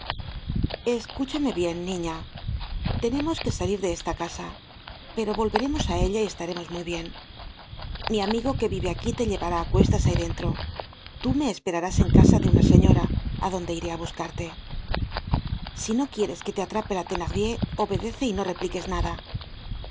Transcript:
escúchame bien niña tenemos que salir de esta casa pero volveremos á ella y estaremos muy bien el amigo que vive aquí te llevará á cuestas ahí dentro tú me esperarás en casa de una señora á donde iré á buscarte si no quieres que te atrape la thenardier obedece y no repliques nada